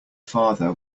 father